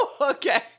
okay